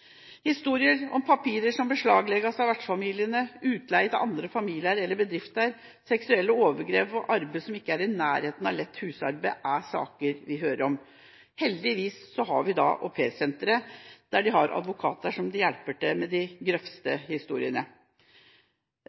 om saker der papirer beslaglegges av vertsfamiliene, om utleie til andre familier eller bedrifter, om seksuelle overgrep og om arbeid som ikke er i nærheten av lett husarbeid. Heldigvis har vi Au Pair Center, der de har advokater som hjelper til med de grøvste historiene.